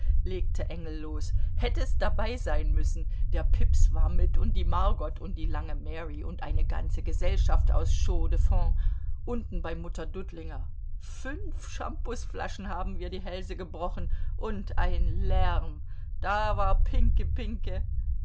legte engel los hättest dabei sein müssen der pips war mit und die margot und die lange mary und eine ganze gesellschaft aus chaux de fonds unten bei mutter dudlinger fünf schampusflaschen haben wir die hälse gebrochen und ein lärm da war